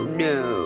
no 。